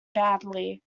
badly